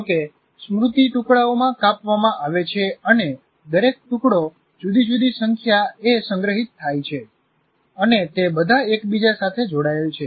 જાણે કે સ્મૃતિ ટુકડાઓમાં કાપવામાં આવે છે અને દરેક ટુકડો જુદી જુદી જગ્યાએ સંગ્રહિત થાય છે અને તે બધા એકબીજા સાથે જોડાય છે